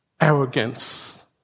arrogance